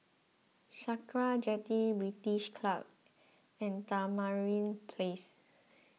Sakra Jetty British Club and Tamarind Place